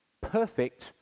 perfect